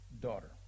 daughter